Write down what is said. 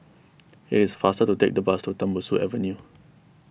it is faster to take the bus to Tembusu Avenue